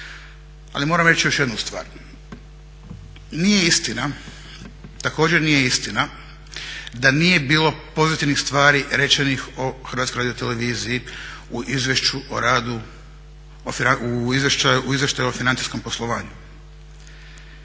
Ali moram reći još jednu stvar, također nije istina da nije bilo pozitivnih stvari rečenih o HRT-u u Izvještaju o financijskom poslovanju.